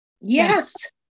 yes